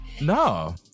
No